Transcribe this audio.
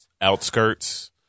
outskirts